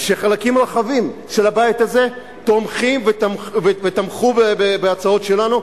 שחלקים רחבים של הבית הזה תומכים ותמכו בהצעות שלנו,